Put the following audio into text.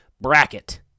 Bracket